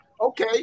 okay